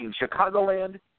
Chicagoland